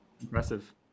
Impressive